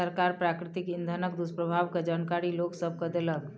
सरकार प्राकृतिक इंधनक दुष्प्रभाव के जानकारी लोक सभ के देलक